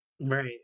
Right